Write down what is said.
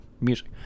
music